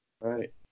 Right